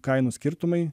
kainų skirtumai